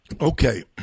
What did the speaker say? Okay